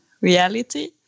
reality